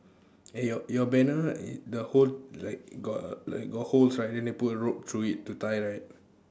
eh your your banner e~ the hole like got like got holes right then they put a rope through it to tie right